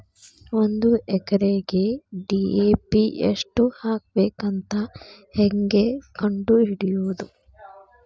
ಒಂದು ಎಕರೆಗೆ ಡಿ.ಎ.ಪಿ ಎಷ್ಟು ಹಾಕಬೇಕಂತ ಹೆಂಗೆ ಕಂಡು ಹಿಡಿಯುವುದು?